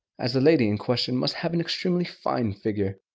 as the lady in question must have an extremely fine figure.